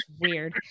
Weird